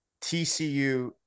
TCU